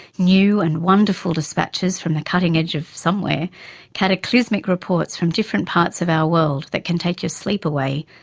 new and wonderful dispatches from the cutting edge of somewhere, cataclysmic reports from different parts of our world that can take your sleep away,